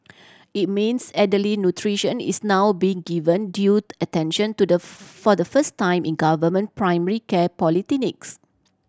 it means elderly nutrition is now being given due attention to the for the first time in government primary care polyclinics